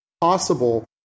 possible